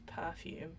perfume